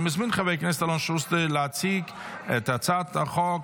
אני מזמין את חבר הכנסת אלון שוסטר להציג את הצעת החוק.